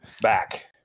back